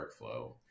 workflow